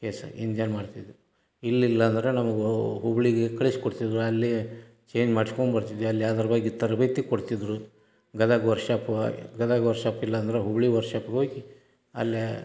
engine ಮಾಡ್ತಿದ್ದರು ಇಲ್ಲಿ ಇಲ್ಲಾಂದ್ರೆ ನಮಗು ಹುಬ್ಬಳ್ಳಿಗೆ ಕಳಿಸ್ಕೊಡ್ತಿದ್ರು ಅಲ್ಲಿ ಚೇನ್ ಮಾಡ್ಸ್ಕೊಂಬರ್ತಿದ್ವಿ ಅಲ್ಲಿ ಅದರ ಬಗ್ಗೆ ತರಬೇತಿ ಕೊಡ್ತಿದ್ದರು ಗದಗ ವರ್ಷಾಪು ಹಾಗೇ ಗದಗ ವರ್ಷಾಪ್ ಇಲ್ಲಾಂದ್ರೆ ಹುಬ್ಬಳ್ಳಿ ವರ್ಕ್ಶಾಪುಗೋಗಿ ಅಲ್ಲೇ